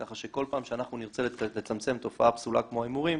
ככה שכל פעם שאנחנו נרצה לצמצם תופעה פסולה כמו ההימורים,